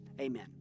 amen